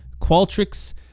Qualtrics